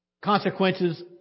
consequences